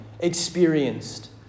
experienced